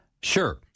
Sure